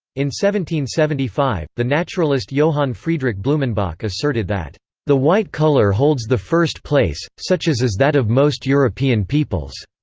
seventy seventy five, the naturalist johann friedrich blumenbach asserted that the white colour holds the first place, such as is that of most european peoples.